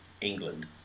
England